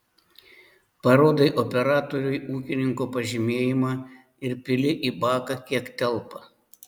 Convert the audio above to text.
parodai operatoriui ūkininko pažymėjimą ir pili į baką kiek telpa